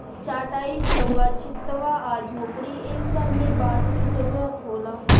चाटाई, झउवा, छित्वा आ झोपड़ी ए सब मे बांस के जरुरत होला